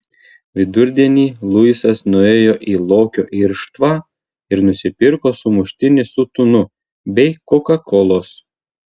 vidurdienį luisas nuėjo į lokio irštvą ir nusipirko sumuštinį su tunu bei kokakolos